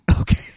Okay